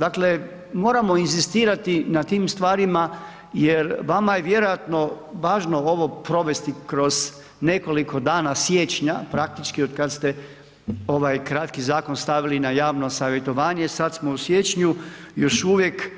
Dakle, moramo inzistirati na tim stvarima jer vama je vjerojatno važno ovo provesti kroz nekoliko dana siječnja, praktički otkad ste ovaj kratki zakon stavili na javno savjetovanje, sad smo u siječnju, još uvijek,